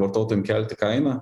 vartotojam kelti kainą